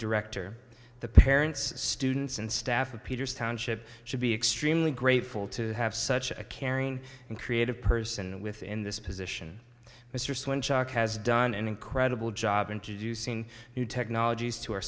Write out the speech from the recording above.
director the parents students and staff of peter's township should be extremely grateful to have such a caring and creative person within this position mr swan chock has done an incredible job introducing new technologies to our